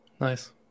Nice